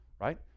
right